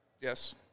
Yes